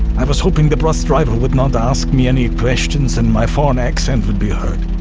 i was hoping the bus driver would not ask me any questions and my foreign accent would be heard.